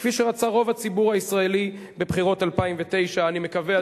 כפי שרצה רוב הציבור הישראלי בבחירות 2009. אני מקווה,